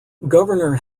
governor